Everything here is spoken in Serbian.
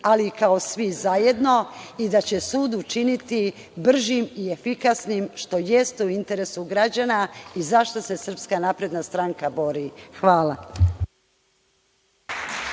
ali i kao svi zajedno i da će sud učiniti bržim i efikasnim, što jeste u interesu građana i za šta se SNS bori. Hvala.